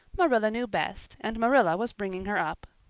marilla knew best and marilla was bringing her up.